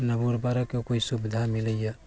ना उर्वरकके कोइ सुविधा मिलैए